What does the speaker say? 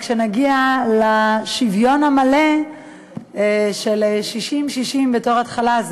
רק שנגיע לשוויון המלא של 60-60 בתור התחלה,